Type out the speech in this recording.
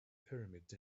pyramids